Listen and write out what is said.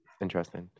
interesting